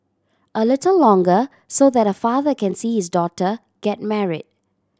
a little longer so that a father can see his daughter get married